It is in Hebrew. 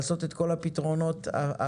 לעשות את כל הפתרונות הטכניים.